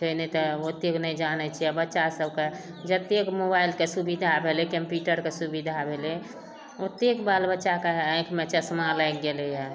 छै नै तऽ ओतेक नहि जानै छियै बच्चा सबके जतेक मोबाइलके सुबिधा भेलै कंप्यूट के सुबिधा भेलै ओतेक बाल बच्चाके आँखिमे चश्मा लागि गेलैया